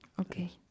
Okay